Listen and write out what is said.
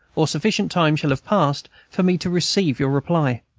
or sufficient time shall have passed for me to receive your reply.